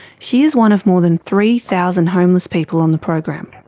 she is one of more than three thousand homeless people on the program.